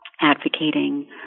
advocating